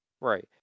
Right